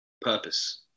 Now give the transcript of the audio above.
purpose